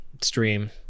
Stream